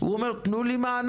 הוא אומר: "תנו לי מענק.